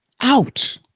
out